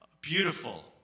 beautiful